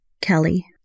Kelly